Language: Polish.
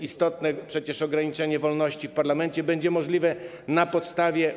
Istotne przecież ograniczenie wolności w parlamencie będzie możliwe na podstawie